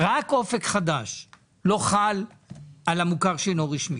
רק אופק חדש לא חל על המוכר שאינו רשמי.